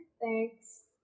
Thanks